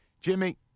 Jimmy